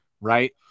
right